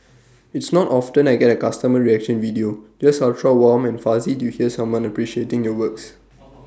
it's not often I get A customer reaction video just ultra warm and fuzzy to hear someone appreciating your works